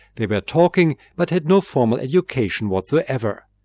they were talking but had no formal education whatsoever.